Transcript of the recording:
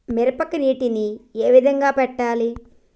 మిరపకి నీటిని ఏ విధంగా పెట్టాలి?